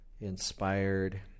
inspired